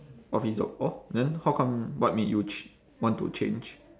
office job orh then how come what made you ch~ want to change